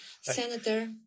Senator